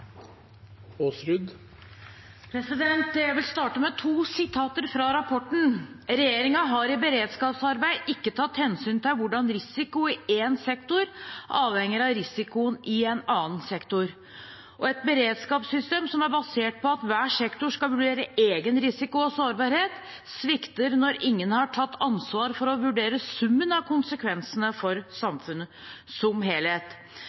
Jeg vil starte med to sitater fra rapporten: «Regjeringen har i beredskapsarbeidet ikke tatt hensyn til hvordan risiko i én sektor avhenger av risikoen i andre sektorer.» «Et beredskapssystem som er basert på at hver sektor skal vurdere egen risiko og sårbarhet, svikter når ingen har tatt ansvar for å vurdere summen av konsekvensene for samfunnet som helhet.»